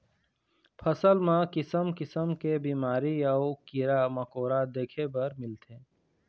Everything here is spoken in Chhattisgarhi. फसल म किसम किसम के बिमारी अउ कीरा मकोरा देखे बर मिलथे